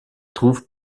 trouve